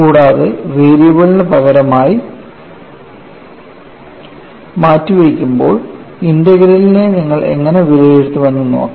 കൂടാതെ വേരിയബിളിന് പകരമായി മാറ്റിവെക്കുമ്പോൾ ഇന്റഗ്രലിനെ നിങ്ങൾ എങ്ങനെ വിലയിരുത്തുമെന്ന് നോക്കാം